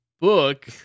book